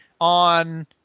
on